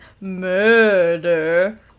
murder